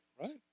right